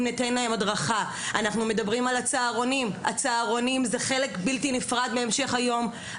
בהדרכה, בצהרונים, שהם חלק בלתי נפרד מהמשך היום.